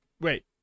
wait